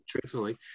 truthfully